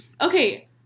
Okay